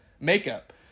makeup